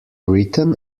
written